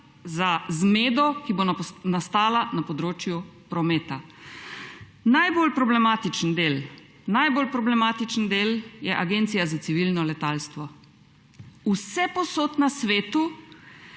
za zmedo, ki bo nastala na področju prometa. Najbolj problematični del je Agencija za civilno letalstvo. Vsepovsod na svetu,